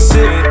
Sit